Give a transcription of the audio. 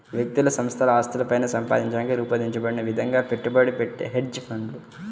వ్యక్తులు సంస్థల ఆస్తులను పైన సంపాదించడానికి రూపొందించబడిన విధంగా పెట్టుబడి పెట్టే హెడ్జ్ ఫండ్లు